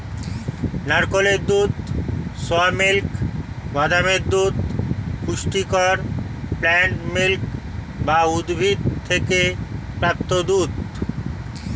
নারকেলের দুধ, soya milk, বাদামের দুধ পুষ্টিকর প্লান্ট মিল্ক বা উদ্ভিদ থেকে প্রাপ্ত দুধ